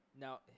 Now